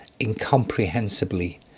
incomprehensibly